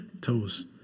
toes